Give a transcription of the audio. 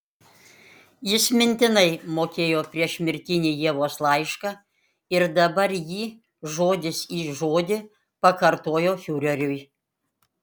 jis mintinai mokėjo priešmirtinį ievos laišką ir dabar jį žodis į žodį pakartojo fiureriui